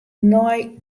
nei